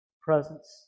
presence